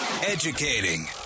Educating